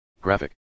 Graphic